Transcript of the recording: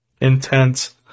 intense